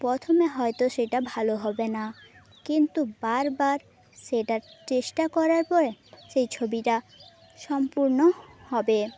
প্রথমে হয়তো সেটা ভালো হবে না কিন্তু বার বার সেটা চেষ্টা করার পরে সেই ছবিটা সম্পূর্ণ হবে